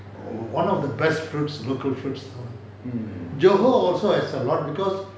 one of the best fruits local fruits johor also as a lot because